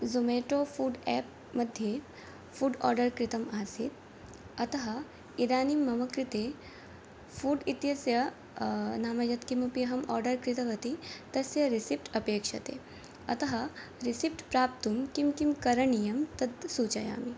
Zomato food app मध्ये food order कृतम् आसीत् अतः इदानीं मम कृते फ़ूड् इत्यस्य नाम यत् किमपि अहं ओर्डर् कृतवती तस्य रिसिप्ट् अपेक्ष्यते अतः रिसिप्ट् प्राप्तुं किं किं करणीयं तत् सूचयामि